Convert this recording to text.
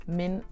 men